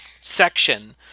section